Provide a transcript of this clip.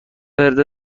ورد